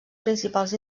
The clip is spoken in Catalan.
principals